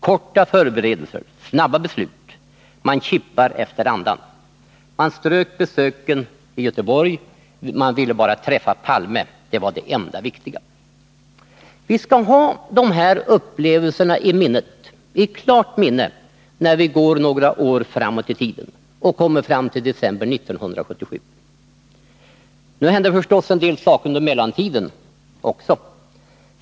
Korta förberedelser, snabba beslut. Man kippar efter andan. Man strök besöket i Göteborg. Vi vill bara träffa Palme, det är det enda viktiga.” Vi bör ha dessa upplevelser i klart minne när vi går några år framåt i tiden och kommer fram till december 1977. Nu hände förstås en del saker under mellantiden också.